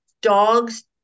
dogs